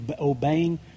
obeying